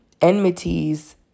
enmities